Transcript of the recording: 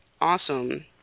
Awesome